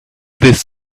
this